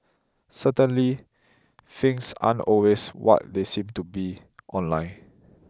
certainly things aren't always what they seem to be online